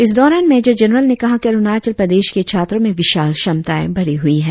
इस दौरान major general ने कहा कि अरुणाचल प्रदेश के छात्रों में विशाल क्षमताएं भरी हुई है